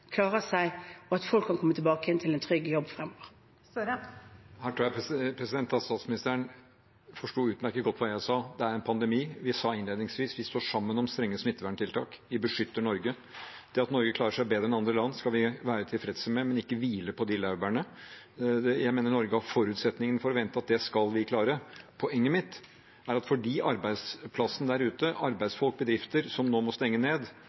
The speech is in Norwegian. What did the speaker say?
seg, og at folk kan komme tilbake igjen til en trygg jobb fremover. Her tror jeg statsministeren forstod utmerket godt hva jeg sa. Det er en pandemi. Vi sa innledningsvis at vi står sammen om strenge smitteverntiltak. Vi beskytter Norge. Det at Norge klarer seg bedre enn andre land, skal vi være tilfredse med, men ikke hvile på de laurbærene. Jeg mener Norge har forutsetning for å vente at vi skal klare det. Poenget mitt er at når arbeidsplasser der ute, arbeidsfolk og bedrifter, nå må stenges ned,